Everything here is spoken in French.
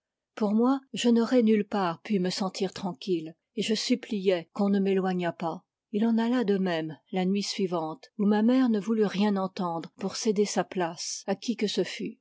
pour moi je n'aurais nulle part pu me sentir tranquille et je suppliai qu'on ne m'éloignât pas il en alla de même la nuit suivante où ma mère ne voulut rien entendre pour céder sa place à qui que ce fût